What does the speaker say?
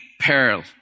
peril